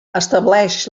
estableix